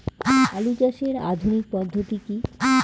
আলু চাষের আধুনিক পদ্ধতি কি?